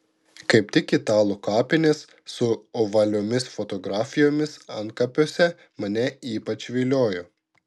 kaip tik italų kapinės su ovaliomis fotografijomis antkapiuose mane ypač viliojo